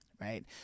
right